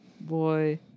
boy